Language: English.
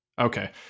okay